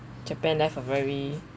japan left a very